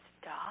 stop